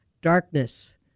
darkness